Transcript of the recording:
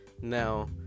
now